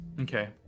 Okay